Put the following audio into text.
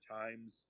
times